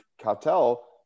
cartel